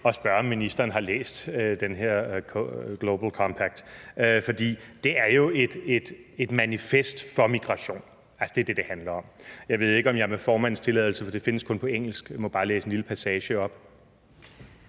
for Safe, Orderly and Regular Migration«, for det er jo et manifest for migration, altså, det er det, det handler om. Jeg ved ikke, om jeg med formandens tilladelse, for det findes kun på engelsk, må læse bare en lille passage op?